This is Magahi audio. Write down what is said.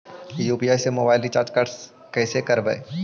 यु.पी.आई से मोबाईल रिचार्ज कैसे करबइ?